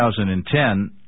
2010